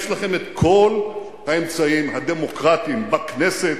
יש לכם כל האמצעים הדמוקרטיים בכנסת,